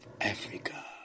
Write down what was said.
Africa